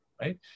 right